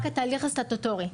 רק התהליך הסטטוטורי,